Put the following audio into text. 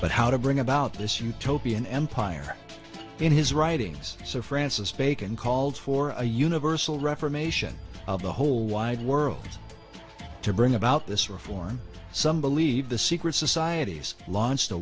but how to bring about this utopian empire in his writings so francis bacon calls for a universal reformation of the whole wide world to bring about this reform some believe the secret societies launch